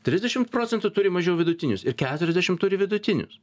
trisdešimt procentų turi mažiau vidutinius ir keturiasdešim turi vidutinius